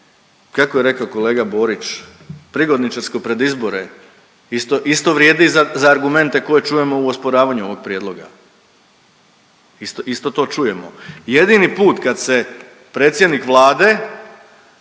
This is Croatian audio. kako je rekao kolega Borić prigodničarsko pred izbore isto vrijedi i za argumente koje čujemo u osporavanju ovog prijedloga, isto to čujemo. Jedini put kad se predsjednik Vlade